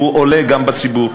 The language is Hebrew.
והוא עולה גם בציבור.